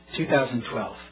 2012